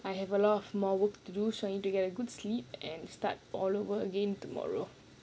I have a lot of more work to do so I need to get a good sleep and start all over again tomorrow